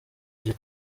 iryo